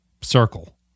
circle